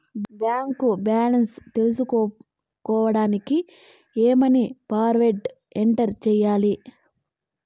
Bank balance తెలుసుకోవడానికి ఏమన్నా password enter చేయాలా?